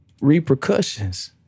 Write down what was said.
repercussions